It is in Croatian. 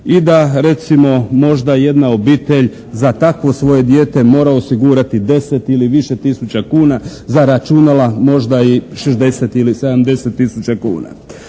i da recimo možda jedna obitelj za takvo svoje dijete mora osigurati 10 ili više tisuća kuna za računala, možda i 60 ili 70 tisuća kuna.